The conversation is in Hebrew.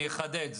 אחדד.